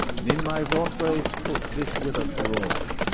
and in my vantbrace put this wither'd brawn,